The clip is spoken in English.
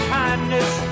kindness